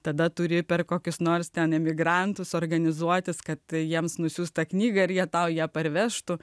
tada turi per kokius nors ten emigrantus organizuotis kad jiems nusiųsti tą knygą ir jie tau ją parvežtų